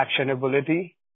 actionability